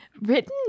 written